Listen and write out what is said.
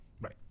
Right